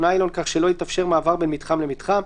ניילון כך שלא יתאפשר מעבר בין מתחם למתחם,